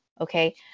Okay